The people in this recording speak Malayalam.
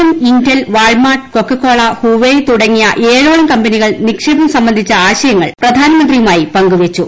M Intel Walmart Coca Cola Huawei തുടങ്ങിയ ഏഴ് ഓളം കമ്പനികൾ നിക്ഷേപം സംബന്ധിച്ച ആശയങ്ങൾ പ്രധാനമന്ത്രിയുമായി പങ്കുവച്ചു